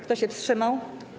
Kto się wstrzymał?